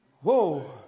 Whoa